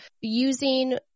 using